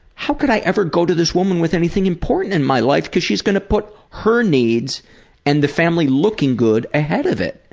how can i ever go to this woman with anything important in my life cause she's going to put her needs and the family looking good ahead of it.